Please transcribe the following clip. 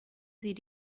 sie